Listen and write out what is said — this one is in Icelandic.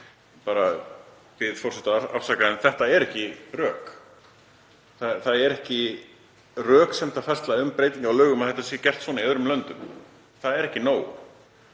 Ég bið forseta að afsaka en þetta eru ekki rök. Það er ekki röksemdafærsla fyrir breytingu á lögum að þetta sé gert svona í öðrum löndum. Það er ekki nóg.